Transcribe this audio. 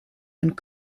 and